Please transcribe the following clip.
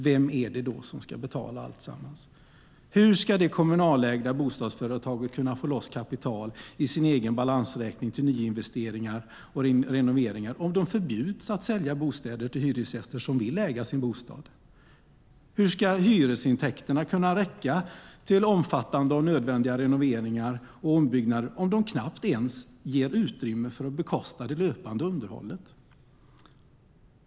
Vem är det som ska betala alltsammans? Hur ska det kommunägda bostadsföretaget kunna få loss kapital i sin egen balansräkning till nyinvesteringar och renoveringar om man förbjuds att sälja bostäder till hyresgäster som vill äga sin bostad? Hur ska hyresintäkterna kunna räcka till omfattande och nödvändiga renoveringar och ombyggnader om de knappt ger utrymme för att bekosta det löpande underhållet?